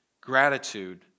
gratitude